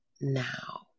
now